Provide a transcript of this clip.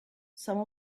some